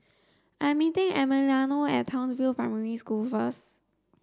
I'm meeting Emiliano at Townsville Primary School first